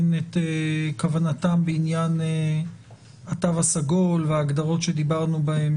את כוונתם בעניין התו הסגול וההגדרות שדיברנו בהם